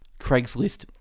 craigslist